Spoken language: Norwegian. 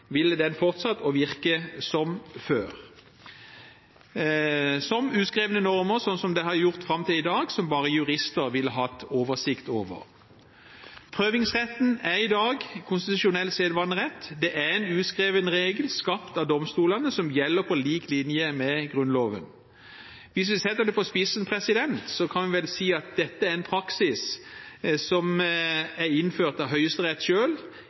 ville den fortsatt å virke som før, som uskrevne normer, sånn som den har gjort fram til i dag, som bare jurister ville hatt oversikt over. Prøvingsretten er i dag konstitusjonell sedvanerett. Det er en uskreven regel skapt av domstolene som gjelder på lik linje med Grunnloven. Hvis vi setter det på spissen, kan vi vel si at dette er en praksis som er innført av Høyesterett